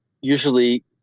usually